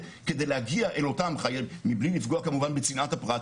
כתוב בקריאת שמע "ושיננת לבניך",